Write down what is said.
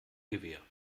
gewähr